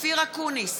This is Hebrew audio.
אופיר אקוניס,